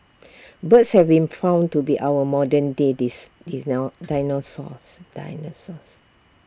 birds have been found to be our modern day dis dis no dinosaurs dinosaurs